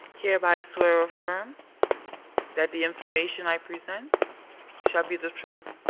here by swear or affirm that the information i present shall be the truth,